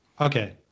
okay